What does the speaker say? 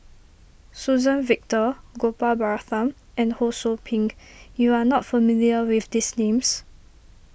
Suzann Victor Gopal Baratham and Ho Sou Ping you are not familiar with these names